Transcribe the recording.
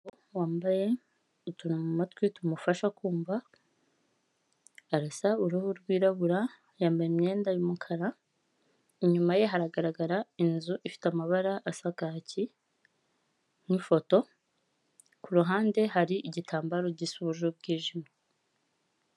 Wambaye utuntu mu matwi tumufasha kumva, arasa uruhu rwirabura yambaye imyenda y'umukara. Inyuma ye haragaragara inzu ifite amabara asa kaki nk'ifoto, ku ruhande hari igitambaro gisa ubururu bwijimye.